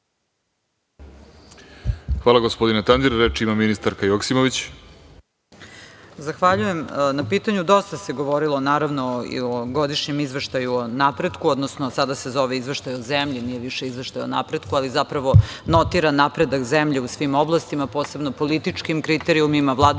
Hvala, gospodine Tandir. Reč ima ministarka Joksimović. **Jadranka Joksimović** Zahvaljujem na pitanju. Dosta se govorilo i o Godišnjem izveštaju o napretku, odnosno sada se zove Izveštaj o zemlji, nije više Izveštaj o napretku, ali zapravo notira napredak zemlje u svim oblastima, posebno političkim kriterijumima, vladavini